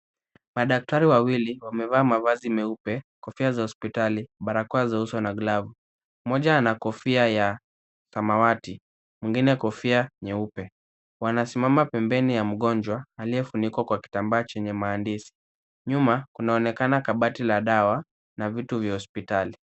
Madaktari wawili wamevaa mavazi meupe, kofia za hospitali, barakoa za uso na glavu. Mmoja ana kofia ya samawati mwingine kofia nyeupe. Wanasimama pembeni ya mgonjwa aliyefunikwa kwa kitambaa chenye maandishi. Nyuma kunaonekana kabati la dawa na vitu vya hospitali.